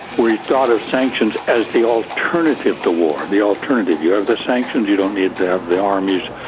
where he thought of sanctions as the alternative to war, the alternative you have the sanctions, you don't need to have the armies.